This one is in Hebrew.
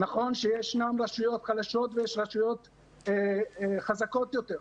נכון שישנן רשויות חלשות ויש רשויות חזקות יותר,